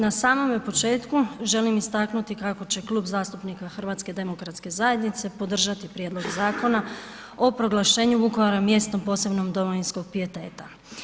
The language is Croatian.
Na samome početku želim istaknuti kako će Klub zastupnika HDZ-a podržati Prijedlog zakona o proglašenju Vukovara mjestom posebnog domovinskog pijeteta.